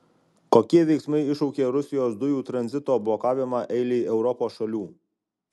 kokie veiksmai iššaukė rusijos dujų tranzito blokavimą eilei europos šalių